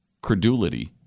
credulity